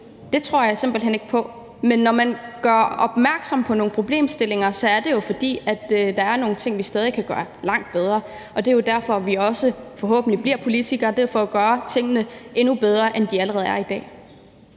Det tror jeg simpelt hen ikke på. Men når man gør opmærksom på nogle problemstillinger, er det jo, fordi der er nogle ting, som vi stadig kan gøre langt bedre. Det er jo forhåbentlig derfor, vi også bliver politikere, altså for at gøre tingene endnu bedre, end de allerede er i dag.